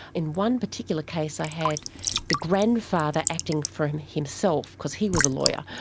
in one particular case i had the grandfather acting for himself, because he was a lawyer,